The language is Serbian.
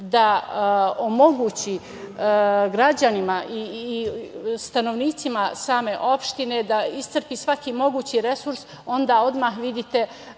da omogući građanima i stanovnicima same opštine, da iscrpi svaki mogući resurs, onda odmah vidite